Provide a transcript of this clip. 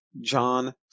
John